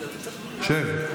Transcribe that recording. (דיון